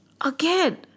again